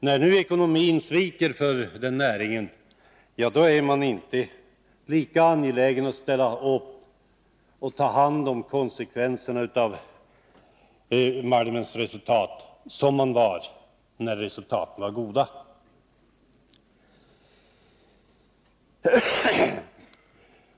När nu ekonomin sviker för den näringen, då är man inte lika angelägen att ställa upp och ta hand om konsekvenserna av verksamheten som man var när resultaten var goda.